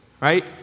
right